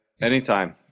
Anytime